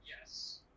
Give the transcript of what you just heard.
Yes